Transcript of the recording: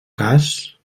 cas